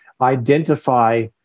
identify